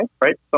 right